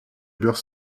beurre